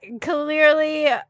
clearly